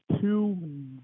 two